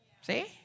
See